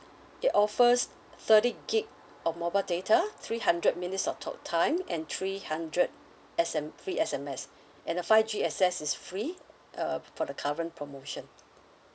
it offers thirty gig of mobile data three hundred minutes of talk time and three hundred S_M~ free S_M_S and the five G access is free uh for the current promotion